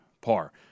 par